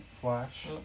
Flash